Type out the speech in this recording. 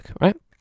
right